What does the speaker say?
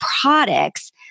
products